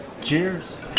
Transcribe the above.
Cheers